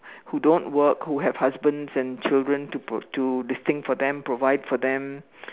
who don't work who have husbands and children to book to this thing for them to provide for them